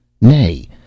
Nay